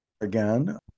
again